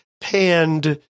panned